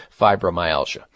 fibromyalgia